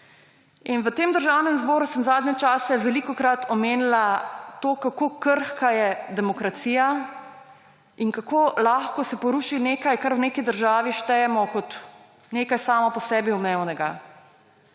v tem državnem zboru sem zadnje čase velikokrat omenila to, kako krhka je demokracija in kako se lahko poruši nekaj, kar v neki državi štejemo kot nekaj samo po sebi umevnega.